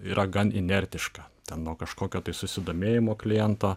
yra gan inertiška ten nuo kažkokio susidomėjimo kliento